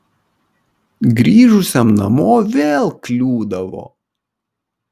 grįžusiam namo vėl kliūdavo